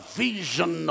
vision